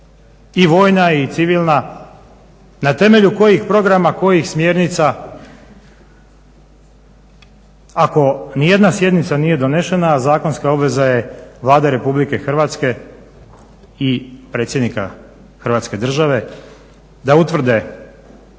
i vojna i civilna, na temelju kojih programa, kojih smjernica ako nijedna sjednica nije donesena, a zakonska obveza je Vlade Republike Hrvatske i predsjednika Hrvatske države da utvrde